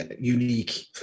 unique